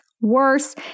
worse